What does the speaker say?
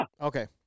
Okay